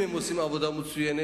אם הם עושים עבודה מצוינת